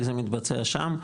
איך זה מתבצע שם,